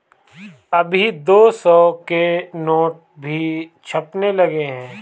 अभी दो सौ के नोट भी छपने लगे हैं